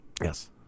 yes